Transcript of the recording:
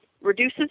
reduces